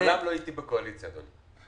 מעולם לא הייתי בקואליציה, אדוני.